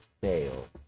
fail